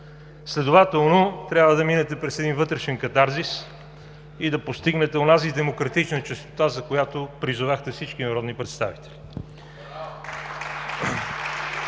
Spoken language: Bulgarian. Следователно трябва да минете през един вътрешен катарзис и да постигнете онази демократична чистота, за която призовахте всички народни представители.